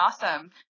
awesome